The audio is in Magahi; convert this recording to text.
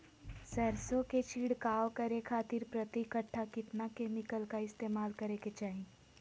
सरसों के छिड़काव करे खातिर प्रति कट्ठा कितना केमिकल का इस्तेमाल करे के चाही?